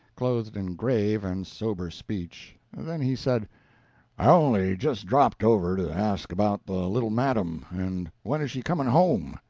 clothed in grave and sober speech. then he said i only just dropped over to ask about the little madam, and when is she coming home.